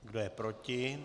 Kdo je proti?